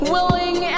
Willing